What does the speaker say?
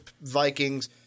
Vikings